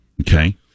Okay